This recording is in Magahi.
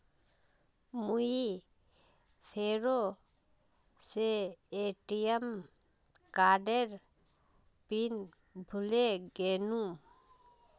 मुई फेरो से ए.टी.एम कार्डेर पिन भूले गेनू